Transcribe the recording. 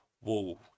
whoa